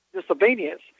disobedience